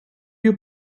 you